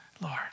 Lord